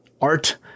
art